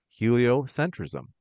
heliocentrism